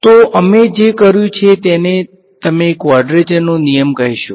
તો અમે જે કર્યું છે તેને તમે ક્વોડ્રેચરનો નિયમ કહેશો